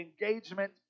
engagement